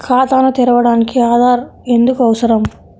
ఖాతాను తెరవడానికి ఆధార్ ఎందుకు అవసరం?